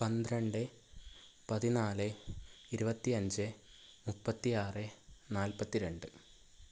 പന്ത്രണ്ട് പതിനാല് ഇരുപത്തിഅഞ്ച് മുപ്പത്തിയാറ് നാല്പത്തി രണ്ട്